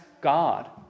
God